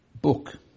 book